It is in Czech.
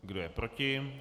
Kdo je proti?